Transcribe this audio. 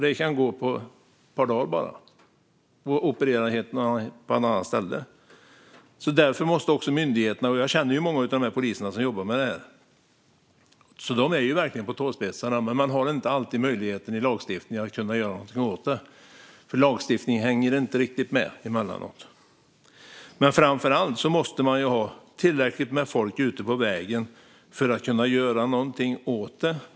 Det kan gå på bara ett par dagar, så opererar de på något helt annat ställe. Jag känner många av de poliser som jobbar med det här, och de är verkligen på tåspetsarna. Men man har inte alltid möjligheten i lagstiftningen att göra någonting åt det, för lagstiftningen hänger inte riktigt med emellanåt. Men framför allt måste man ha tillräckligt med folk ute på vägen för att kunna göra någonting åt det.